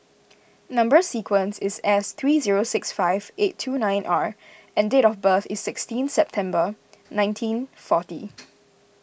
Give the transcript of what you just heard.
Number Sequence is S three zero six five eight two nine R and date of birth is sixteen December nineteen forty